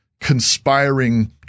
conspiring